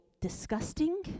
disgusting